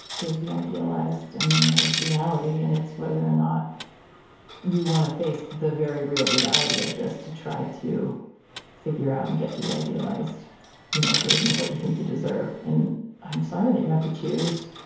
there's the idealized. and then there is reality and it's whether or not you want to face the very real reality of this to try to figure out and get to the idealized you know version of what you think you deserve. and i'm sorry that you have to choose.